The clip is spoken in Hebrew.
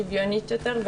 שוויונית יותר,